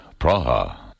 Praha